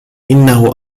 إنه